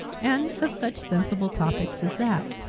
and of such sensible topics as that.